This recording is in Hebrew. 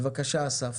בבקשה, אסף.